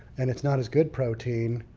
and it's not as good protein.